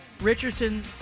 Richardson